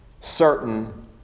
certain